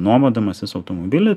nuomodamasis automobilį